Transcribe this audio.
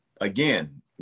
again